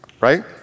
Right